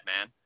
man